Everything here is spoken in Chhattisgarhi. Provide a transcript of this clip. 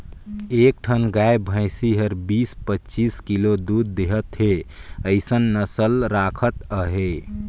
एक ठन गाय भइसी हर बीस, पचीस किलो दूद देहत हे अइसन नसल राखत अहे